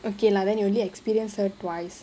okay lah then you only experience it twice